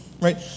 right